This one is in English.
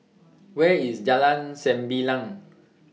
Where IS Jalan Sembilang